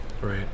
Right